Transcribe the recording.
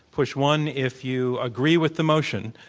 push one if you agree with the motion,